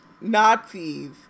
Nazis